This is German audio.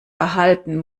erhalten